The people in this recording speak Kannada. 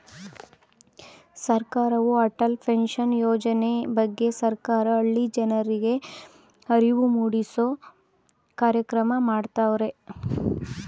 ಸರ್ಕಾರದವ್ರು ಅಟಲ್ ಪೆನ್ಷನ್ ಯೋಜನೆ ಬಗ್ಗೆ ಸರ್ಕಾರ ಹಳ್ಳಿ ಜನರ್ರಿಗೆ ಅರಿವು ಮೂಡಿಸೂ ಕಾರ್ಯಕ್ರಮ ಮಾಡತವ್ರೆ